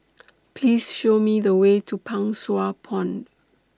Please Show Me The Way to Pang Sua Pond